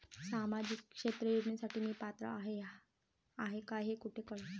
सामाजिक क्षेत्र योजनेसाठी मी पात्र आहे का हे कुठे कळेल?